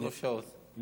שלוש שעות.